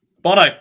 Bono